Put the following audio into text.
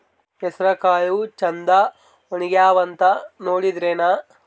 ಹೆಸರಕಾಳು ಛಂದ ಒಣಗ್ಯಾವಂತ ನೋಡಿದ್ರೆನ?